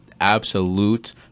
absolute